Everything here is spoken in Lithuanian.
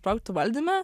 projektų valdyme